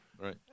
right